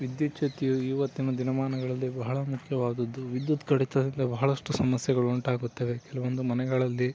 ವಿದ್ಯುಚ್ಛಕ್ತಿಯು ಈವತ್ತಿನ ದಿನಮಾನಗಳಲ್ಲಿ ಬಹಳ ಮುಖ್ಯವಾದದ್ದು ವಿದ್ಯುತ್ ಕಡಿತದಿಂದ ಬಹಳಷ್ಟು ಸಮಸ್ಯೆಗಳು ಉಂಟಾಗುತ್ತವೆ ಕೆಲವೊಂದು ಮನೆಗಳಲ್ಲಿ